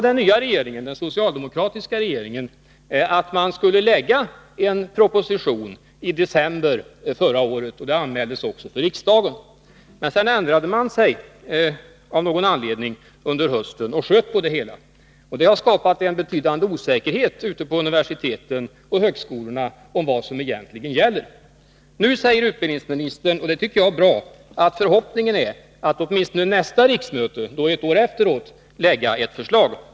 Den nya socialdemokratiska regeringen sade att den skulle lägga fram en proposition i december förra året — det anmäldes också för riksdagen. Men sedan ändrade man sig av någon anledning under hösten och uppsköt det hela. Det har skapat en betydande osäkerhet ute på universiteten och högskolorna om vad som egentligen gäller. Nu säger utbildningsministern — och det tycker jag är bra — att det är hennes förhoppning att vid nästa riksmöte, alltså då ett år senare, kunna presentera ett förslag.